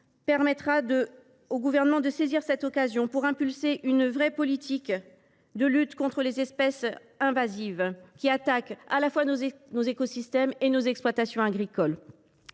offrira au Gouvernement – nous l’espérons – l’occasion d’impulser une vraie politique de lutte contre les espèces invasives, qui attaquent à la fois nos écosystèmes et nos exploitations agricoles.